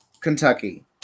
Kentucky